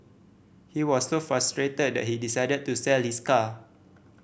he was so frustrated that he decided to sell his car